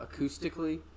Acoustically